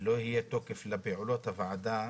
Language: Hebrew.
לא יהיה תוקף לפעולות הוועדה